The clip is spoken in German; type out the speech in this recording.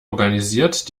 organisiert